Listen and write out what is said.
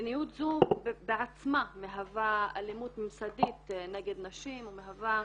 מדיניות זו בעצמה מהווה אלימות ממסדית נגד נשים ומהווה